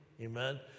amen